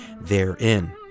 therein